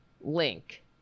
link